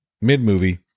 mid-movie